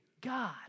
God